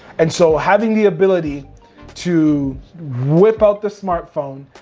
and so having the ability to whip out the smartphone,